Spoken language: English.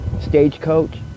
Stagecoach